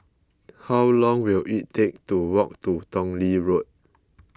how long will it take to walk to Tong Lee Road